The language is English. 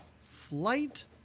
Flight